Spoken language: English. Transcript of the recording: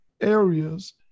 areas